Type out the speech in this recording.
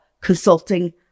consulting